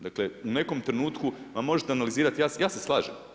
Dakle u nekom trenutku, ma možete analizirati, ja se slažem.